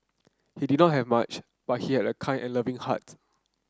he did not have much but he had a kind and loving heart